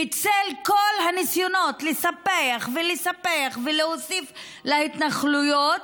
בצל כל הניסיונות לספח ולספח ולהוסיף להתנחלויות,